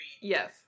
Yes